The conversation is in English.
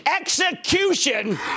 execution